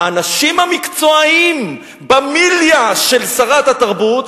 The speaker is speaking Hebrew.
האנשים המקצועיים במיליָה של שרת התרבות,